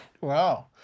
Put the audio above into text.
Wow